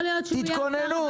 תתכוננו.